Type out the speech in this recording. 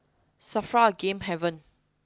Safra a game haven